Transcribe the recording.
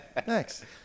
Thanks